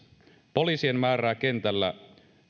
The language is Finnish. poliisien määrää kentällä